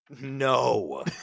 No